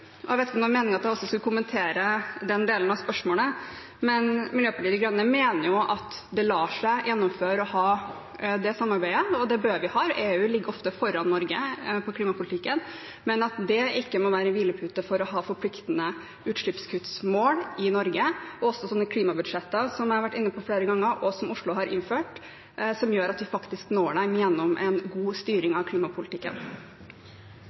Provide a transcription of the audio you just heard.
EU. Jeg vet ikke om det menes at jeg skal kommentere den delen av replikken, men Miljøpartiet De Grønne mener at det lar seg gjennomføre å ha det samarbeidet, og det bør vi ha, for EU ligger ofte foran Norge i klimapolitikken. Men det må ikke være noen hvilepute for å ha forpliktende utslippskuttmål i Norge og for klimabudsjetter – som jeg flere ganger har vært inne på at Oslo har innført – som gjør at vi faktisk når dem gjennom en